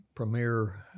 premier